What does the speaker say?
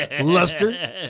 luster